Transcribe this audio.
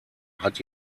hat